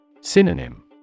Synonym